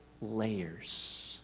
layers